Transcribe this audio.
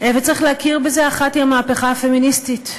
וצריך להכיר בזה: אחת היא המהפכה הפמיניסטית.